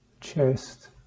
chest